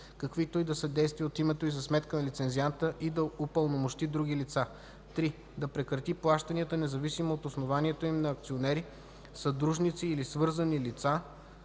каквито и да са действия от името и за сметка на лицензианта, и да упълномощи други лица; 3. да прекрати плащанията, независимо от основанието им, на акционери, съдружници или свързани лица